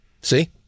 See